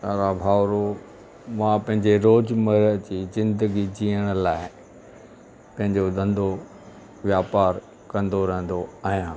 प्यारा भाउरो मां पंहिंजे रोज़मर्रा जी ज़िंदगी जीअण लाइ पंहिंजो धंधो वापारु कंदो रहंदो आहियां